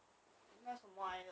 oh